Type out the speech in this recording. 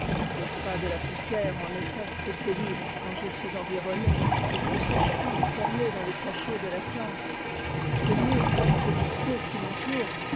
n'est-ce pas de la poussière en effet que ces livres dont je suis environné ne suis-je pas enfermé dans le cachot de la science ces murs ces vitraux qui m'entourent